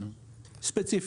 ספציפית.